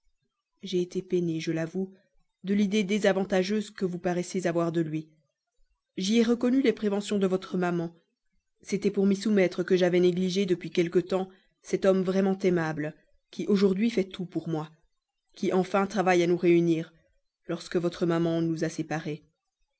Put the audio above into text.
j'ai été peiné je l'avoue de l'idée désavantageuse que vous paraissez avoir de lui j'y ai reconnu les préventions de votre maman c'était pour m'y soumettre que j'avais négligé depuis quelque temps cet homme vraiment aimable qui aujourd'hui fait tout pour moi qui enfin travaille à nous réunir lorsque votre maman nous a séparés